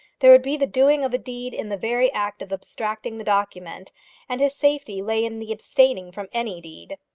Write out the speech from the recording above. there would be the doing of a deed in the very act of abstracting the document and his safety lay in the abstaining from any deed.